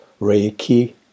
Reiki